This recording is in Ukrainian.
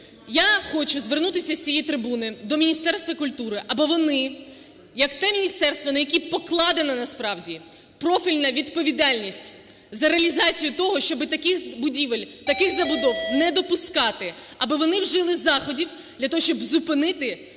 я хочу звернутися з цієї трибуни до Міністерства культури, аби вони як те міністерство, на яке покладено насправді профільна відповідальність за реалізацію того, щоб таких будівель, таких забудов не допускати, аби вони вжили заходів для того, щоб зупинити